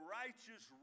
righteous